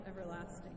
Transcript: everlasting